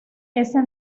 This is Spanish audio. ese